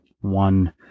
one